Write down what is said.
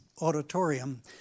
auditorium